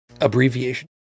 abbreviation